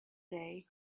day